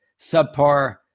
subpar